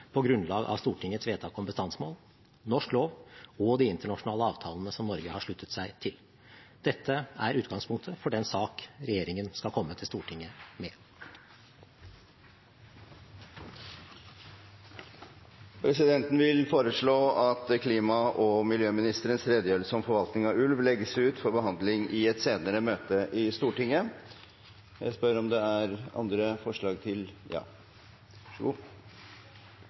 på grunnlag av Stortingets vedtak om bestandsmål, norsk lov og de internasjonale avtalene som Norge har sluttet seg til. Dette er utgangspunktet for den saken regjeringen skal komme til Stortinget med. Presidenten vil foreslå at klima- og miljøministerens redegjørelse om forvaltning av ulv legges ut for behandling i et senere møte i Stortinget. Er det andre forslag?